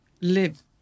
live